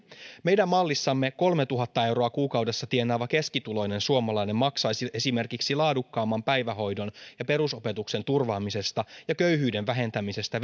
meidän mallissamme kolmetuhatta euroa kuukaudessa tienaava keskituloinen suomalainen maksaisi esimerkiksi laadukkaamman päivähoidon ja perusopetuksen turvaamisesta ja köyhyyden vähentämisestä